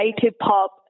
hip-hop